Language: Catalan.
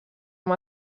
amb